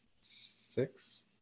six